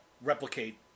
replicate